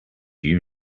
you